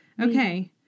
Okay